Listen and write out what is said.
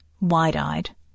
wide-eyed